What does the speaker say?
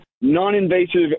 non-invasive